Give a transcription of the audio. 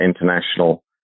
international